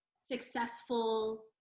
successful